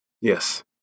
Yes